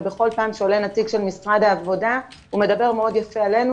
ובכל פעם כשעולה נציג של משרד העבודה הוא מדבר מאוד יפה עלינו,